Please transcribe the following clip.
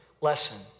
lesson